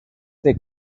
their